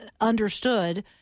understood